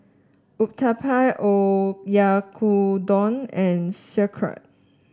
Uthapam Oyakodon and Sauerkraut